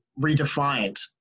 redefined